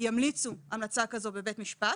ימליצו המלצה כזו בבית משפט.